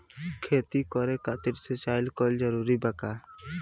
खेती करे खातिर सिंचाई कइल जरूरी बा का?